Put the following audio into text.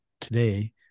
today